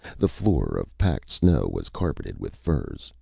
the floor of packed snow was carpeted with furs,